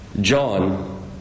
John